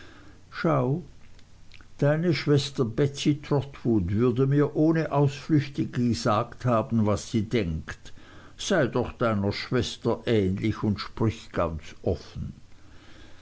schau deine schwester betsey trotwood würde mir ohne ausflüchte gesagt haben was sie denkt sei doch deiner schwester ähnlich und sprich ganz offen